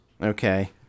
Okay